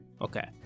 okay